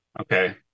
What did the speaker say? Okay